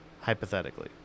hypothetically